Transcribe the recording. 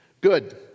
Good